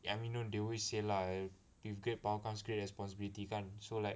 I mean they always say lah with great power comes great responsibility kan so like